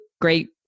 great